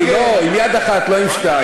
לא, עם יד אחת, לא עם שתיים.